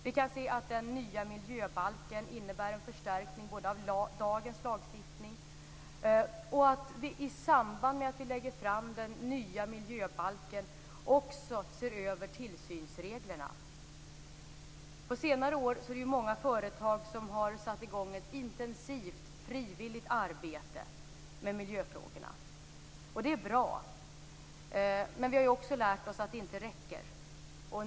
Vi kan se att den nya miljöbalken innebär en förstärkning av dagens lagstiftning. I samband med att vi lägger fram den nya miljöbalken ser vi också över tillsynsreglerna. På senare år är det många företag som har satt i gång ett intensivt frivilligt arbete med miljöfrågorna. Det är bra. Men vi har också lärt oss att det inte räcker.